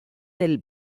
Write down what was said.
del